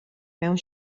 mewn